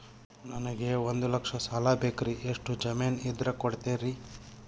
ನನಗೆ ಒಂದು ಲಕ್ಷ ಸಾಲ ಬೇಕ್ರಿ ಎಷ್ಟು ಜಮೇನ್ ಇದ್ರ ಕೊಡ್ತೇರಿ?